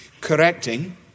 Correcting